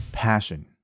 passion